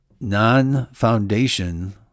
non-foundation